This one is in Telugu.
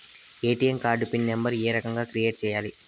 ఎ.టి.ఎం కార్డు పిన్ నెంబర్ ఏ రకంగా క్రియేట్ సేయాలి